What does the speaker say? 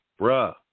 bruh